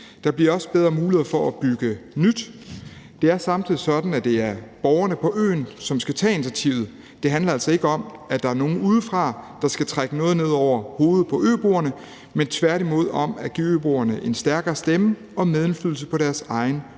Der bliver også bedre muligheder for at bygge nyt. Det er samtidig sådan, at det er borgerne på øen, som skal tage initiativet. Det handler altså ikke om, at der er nogen udefra, der skal trække noget ned over hovedet på øboerne, men tværtimod om at give øboerne en stærkere stemme og medindflydelse på deres egen lokale